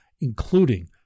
including